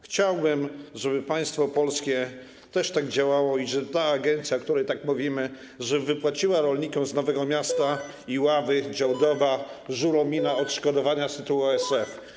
Chciałbym, żeby państwo polskie też tak działało i żeby ta agencja, o której mówimy, wypłaciła rolnikom z Nowego Miasta, Iławy, Działdowa, Żuromina odszkodowania z tytułu ASF.